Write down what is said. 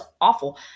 awful